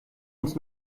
uns